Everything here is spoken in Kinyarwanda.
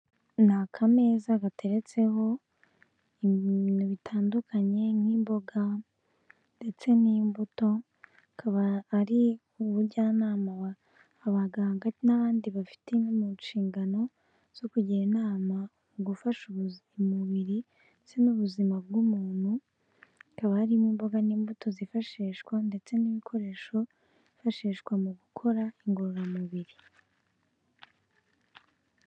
Ni akameza gateretseho ibintu bitandukanye, nk'imboga ndetse n'imbuto, akaba ari umujyanama, abaganga n'abandi bafite mu nshingano zo kugira inama mu gufasha umubiri ndetse n'ubuzima bw'umuntu, hakaba harimo imboga n'imbuto zifashishwa ndetse n'ibikoresho byifashishwa mu gukora ingororamubiri.